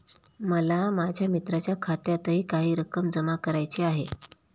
मला माझ्या मित्राच्या खात्यातही काही रक्कम जमा करायची आहे